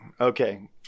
okay